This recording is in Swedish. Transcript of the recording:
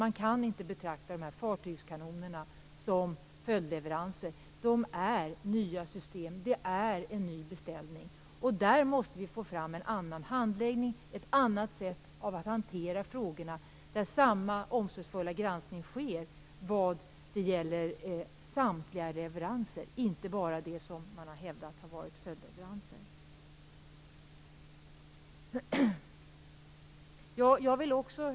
Man kan inte betrakta de här fartygskanonerna som följdleveranser. Det gäller nya system, och det är en ny beställning. Där måste vi få fram en annan handläggning och ett annat sätt att hantera frågorna så att samma omsorgsfulla granskning sker av samtliga leveranser, inte bara de som man har hävdat har varit följdleveranser.